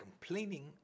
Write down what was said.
complaining